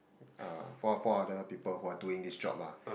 uh four four other people who are doing this job lah